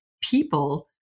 people